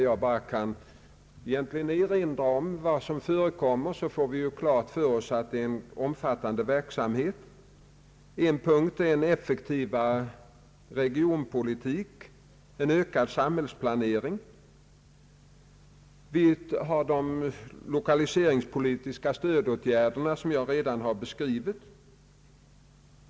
Jag kan erinra om vad som sades där, och då får vi klart för oss att det är en omfattande verksamhet. En punkt är en effektivare regionpolitik, en ökad samhällsplanering. Vi har de lokaliseringspolitiska stödåtgärderna som jag redan har beskrivit.